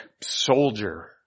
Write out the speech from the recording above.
soldier